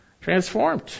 Transformed